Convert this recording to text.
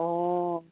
অঁ